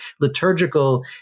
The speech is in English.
liturgical